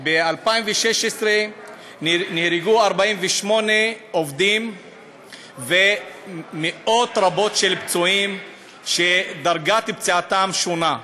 ב-2016 נהרגו 48 עובדים והיו מאות רבות של פצועים שדרגת פציעתם שונה.